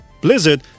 Blizzard